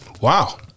Wow